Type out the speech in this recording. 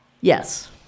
yes